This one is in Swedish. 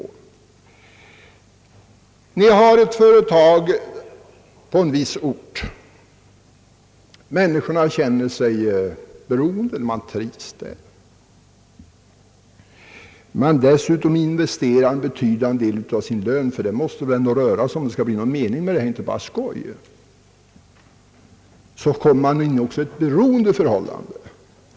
Vi kan som exempel ta ett företag på en viss ort. Människorna känner sig beroende av det. Man trivs där. Om man dessutom investerar en betydande del av sin lön i företaget — det måste det väl ändå röra sig som, om det skall bli någon mening med detta förslag och inte bara skoj — kommer man i ett beroendeförhållande.